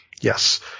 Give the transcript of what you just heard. Yes